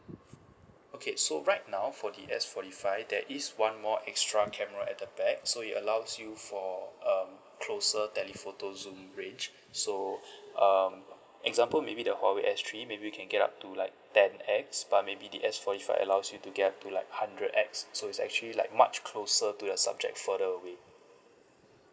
okay so right now for the S forty five there is one more extra camera at the back so it allows you for um closer telephoto zoom range so um example maybe the huawei S three maybe you can get up to like ten X but maybe the S forty five allows you to get up to like hundred X so it's actually like much closer to the subject further away